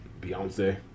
Beyonce